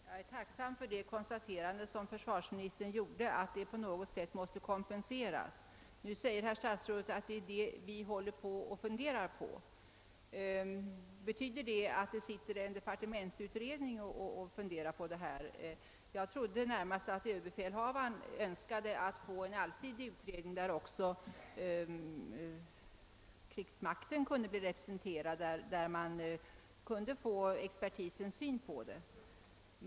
Herr talman! Jag är tacksam för det konstaterande som försvarsministern gjorde, att den ifrågavarande verksamheten på något sätt måste kompenseras. Statsrådet säger att man håller på med detta. Betyder det att en departementsutredning funderar över saken? Jag trodde närmast att överbefälhavaren önskade en allsidig utredning, där också krigsmakten kunde bli representerad och där expertisen kunde ge sin syn på saken.